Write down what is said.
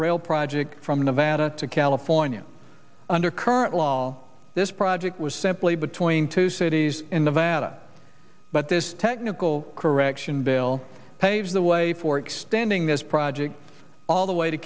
rail project from nevada to california under current law this project was simply between two cities in the vatican but this technical correction bill paves the way for extending this project all the way to